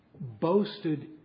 boasted